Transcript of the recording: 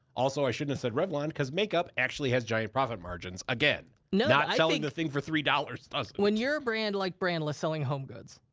also, i shouldn't have said revlon, cause makeup actually has giant profit margins, again. not selling the thing for three dollars. when you're a brand like brandless, selling home goods,